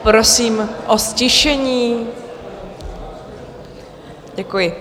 Prosím o ztišení, děkuji.